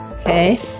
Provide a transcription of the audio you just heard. Okay